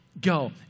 go